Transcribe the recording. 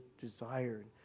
desire